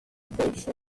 pesce